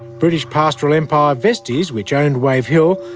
british pastoral empire vestey's, which owned wave hill,